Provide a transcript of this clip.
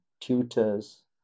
tutors